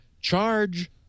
charge